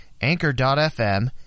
Anchor.fm